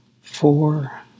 four